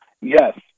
Yes